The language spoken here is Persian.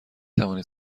توانید